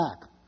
back